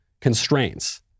constraints